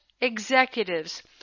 executives